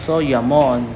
so you are more on